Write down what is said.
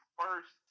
first